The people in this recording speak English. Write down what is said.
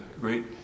great